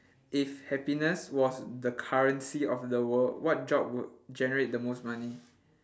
if happiness was the currency of the world what job would generate the most money